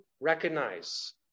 recognize